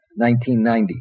1990